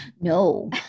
No